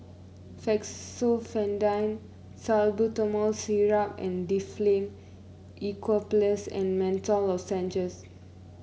Fexofenadine Salbutamol Syrup and Difflam Eucalyptus and Menthol Lozenges